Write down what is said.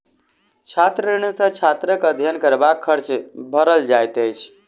छात्र ऋण सॅ छात्रक अध्ययन करबाक खर्च भरल जाइत अछि